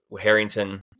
Harrington